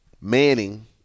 Manning